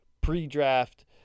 pre-draft